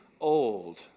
old